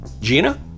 Gina